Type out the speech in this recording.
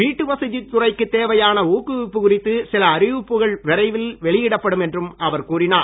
வீட்டுவசதி துறைக்கு தேவையான ஊக்குவிப்பு குறித்து சில அறிவிப்புகள் விரைவில் வெளியிடப்படும் என்றும் அவர் கூறினார்